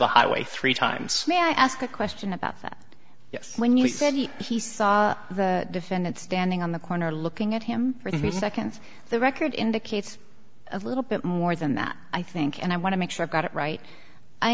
the highway three times may i ask a question about that yes when he said he saw the defendant standing on the corner looking at him for the second the record indicates a little bit more than that i think and i want to make sure got it right i